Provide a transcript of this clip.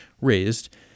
raised